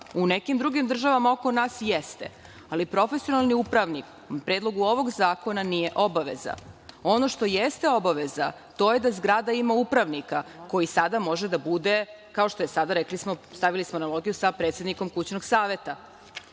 U nekim drugim državama oko nas jeste, ali profesionalni upravnik u predlogu ovog zakona nije obaveza. Ono što jeste obaveza to je da zgrada ima upravnika, koji sada može da bude, rekli smo, stavili smo analogiju sa predsednikom kućnog saveta.